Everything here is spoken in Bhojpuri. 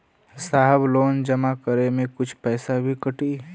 साहब लोन जमा करें में कुछ पैसा भी कटी?